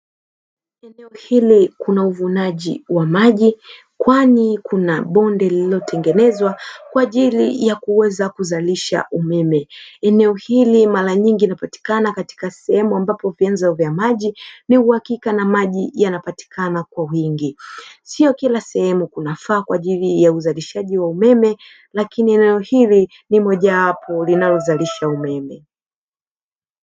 Eneo hili kuna uvunaji wa maji, kwani kuna bonde lililotengenezwa kwa ajili ya kuweza kuzalisha umeme. Eneo hili mara nyingi hupatikana katika sehemu ambapo vyanzo vya maji ni uhakika na maji yanapatikana kwa wingi. Sio kila sehemu kunafaa kwa ajili ya uzalishaji wa umeme, lakini eneo hili ni mojawapo linalozalisha umeme.